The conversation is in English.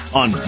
on